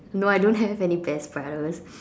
no I don't have any best brothers